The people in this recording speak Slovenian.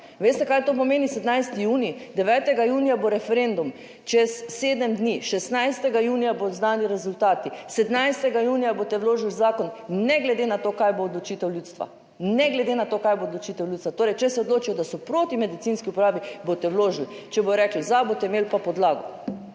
Veste kaj to pomeni, 17. junij? 9. junija bo referendum, čez 7 dni, 16. junija bodo znani rezultati, 17. junija boste vložili zakon ne glede na to kaj bo odločitev ljudstva, ne glede na to, kaj bo odločitev ljudstva. Torej, če se odločijo, da so proti medicinski uporabi, boste vložili, če bodo rekli za, boste imeli pa podlago.